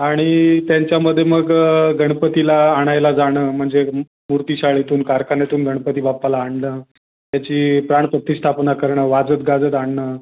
आणि त्यांच्यामध्ये मग गणपतीला आणायला जाणं म्हणजे मू मूर्तीशाळेतून कारखान्यातून गणपती बाप्पाला आणणं त्याची प्राणप्रतिष्ठापना करणं वाजत गाजत आणणं